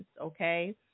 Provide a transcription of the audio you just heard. okay